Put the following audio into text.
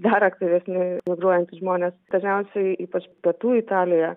dar aktyvesni migruojantys žmonės dažniausiai ypač pietų italijoje